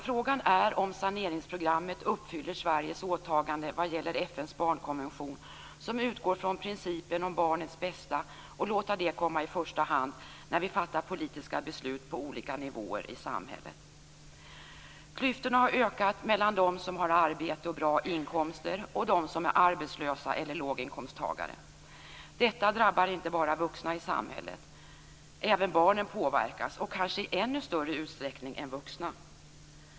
Frågan är dock om saneringsprogrammet uppfyller Sveriges åtagande vad gäller FN:s barnkonvention, som utgår från principen om barnets bästa och att låta det komma i första hand när vi fattar politiska beslut på olika nivåer i samhället. Klyftorna har ökat mellan dem som har arbete och bra inkomster och dem som är arbetslösa eller låginkomsttagare. Detta drabbar inte bara vuxna i samhället. Även barnen påverkas, kanske i ännu större utsträckning än vuxna.